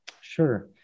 Sure